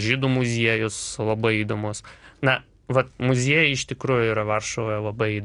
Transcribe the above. žydų muziejus labai įdomus na vat muziejai iš tikrųjų yra varšuvoje labai